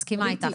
אני מסכימה איתך.